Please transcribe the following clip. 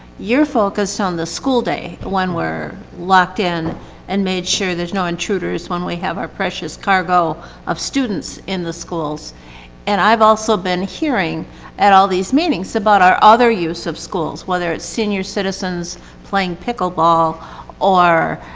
you're focused um the school day when we're locked in and made sure there's no intruders when we have our precious cargo of students in the schools and i've also been hearing at all these meetings about our other use of schools, whether it's senior citizens playing pickle ball or,